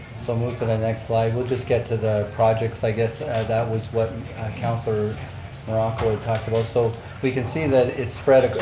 so move to the next slide, we'll just get to the projects i guess. and that was what councillor morocco had talked about. so we can see that it's spread.